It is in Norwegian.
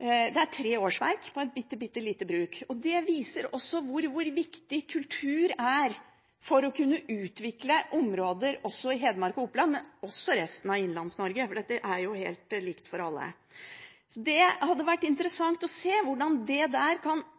det er tre årsverk på et bitte, bitte lite bruk. Det viser også hvor viktig kultur er for å kunne utvikle områder i Hedmark og Oppland, men også i resten av Innlands-Norge, for dette er jo helt likt for alle. Det hadde vært interessant å se hvordan en der kan